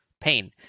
pain